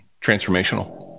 transformational